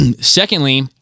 Secondly